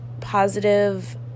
positive